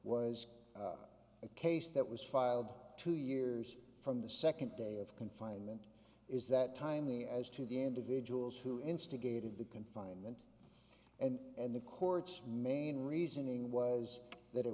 was a case that was filed two years from the second day of confinement is that timely as to the individuals who instigated the confinement and the court's main reasoning was that it